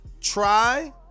try